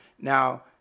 Now